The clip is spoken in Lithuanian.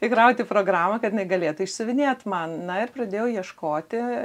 įkrauti programą kad jinai galėtų išsiuvinėt man na ir pradėjau ieškoti